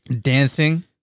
dancing